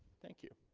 thank you